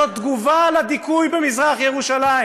"זאת תגובה על הדיכוי במזרח-ירושלים".